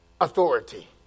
authority